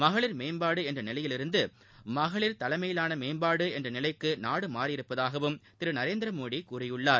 மகளிர் மேம்பாடு என்ற நிலையிலிருந்து மகளிர் தலைமையிலான மேம்பாடு என்ற நிலைக்கு நாடு மாறியிருப்பதாகவும் திரு நரேந்திர மோடி கூறியுள்ளார்